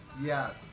Yes